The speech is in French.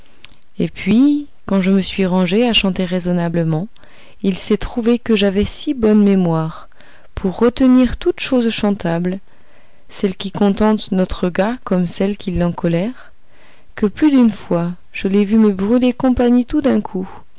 et puis quand je me suis rangée à chanter raisonnablement il s'est trouvé que j'avais si bonne mémoire pour retenir toutes choses chantables celles qui contentent notre gars comme celles qui l'encolèrent que plus d'une fois je l'ai vu me brûler compagnie tout d'un coup